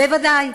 בוודאי,